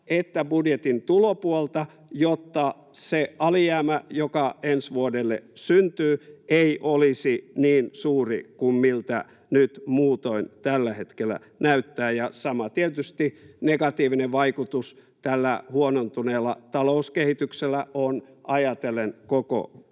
että budjetin tulopuolta, jotta se alijäämä, joka ensi vuodelle syntyy, ei olisi niin suuri kuin miltä nyt muutoin tällä hetkellä näyttää. Tietysti sama negatiivinen vaikutus tällä huonontuneella talouskehityksellä on ajatellen koko